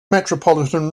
metropolitan